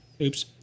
oops